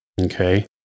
okay